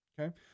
Okay